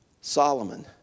Solomon